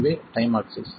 இதுவே time axis